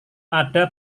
ada